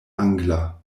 angla